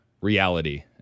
reality